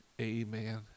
amen